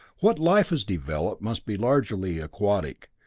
what life has developed must be largely aquatic,